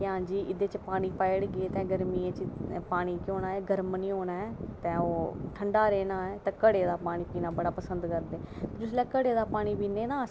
ते एह्दे च पानी पाई ओड़गे ते गर्मियें च पानी होना ऐ गर्म निं होना ओह् ठंडा रौह्ना ऐ तत्ता निं होना ऐ ते घड़े दा पानी पीना पसंद करदे न जिसलै घड़े दा पानी पीने ना अस